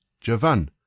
Javan